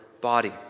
body